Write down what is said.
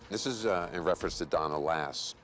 this is in reference to donna lass.